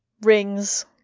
rings